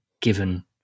given